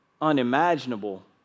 unimaginable